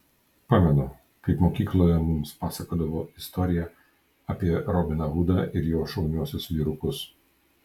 pamenu kaip mokykloje mums pasakodavo istoriją apie robiną hudą ir jo šauniuosius vyrukus